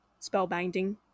spellbinding